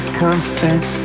confess